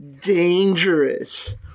dangerous